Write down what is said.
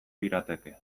lirateke